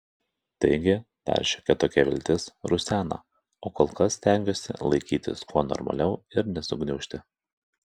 taigi dar šiokia tokia viltis rusena o kol kas stengiuosi laikytis kuo normaliau ir nesugniužti